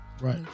Right